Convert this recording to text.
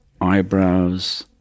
eyebrows